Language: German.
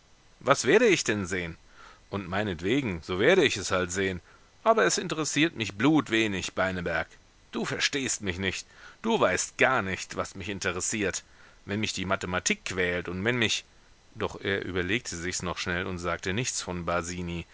was werde ich denn sehen und meinetwegen so werde ich es halt sehen aber es interessiert mich blutwenig beineberg du verstehst mich nicht du weißt gar nicht was mich interessiert wenn mich die mathematik quält und wenn mich doch er überlegte sich's noch schnell und sagte nichts von